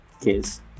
case